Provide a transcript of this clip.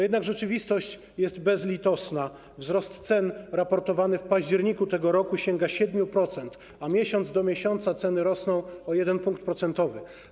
Jednak rzeczywistość jest bezlitosna - wzrost cen raportowany w październiku tego roku sięga 7%, a miesiąc do miesiąca ceny rosną o 1 punkt procentowy.